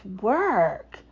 work